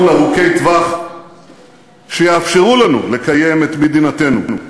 ארוכי טווח שיאפשרו לנו לקיים את מדינתנו.